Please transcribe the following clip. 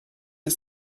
ist